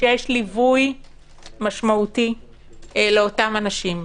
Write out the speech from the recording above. שיש ליווי משמעותי לאותם אנשים.